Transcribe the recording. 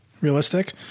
Realistic